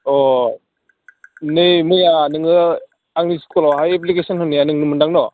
अ नै मैया नोङो आंनि स्खुलावहाय एफ्लिखेस'न होनाया नोंनोमोन्दां न'